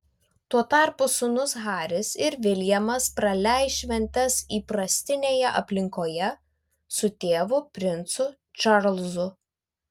tuo tarpu sūnūs haris ir viljamas praleis šventes įprastinėje aplinkoje su tėvu princu čarlzu